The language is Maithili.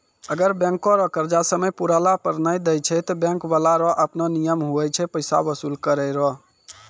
अगर बैंको रो कर्जा समय पुराला पर नै देय छै ते बैंक बाला रो आपनो नियम हुवै छै पैसा बसूल करै रो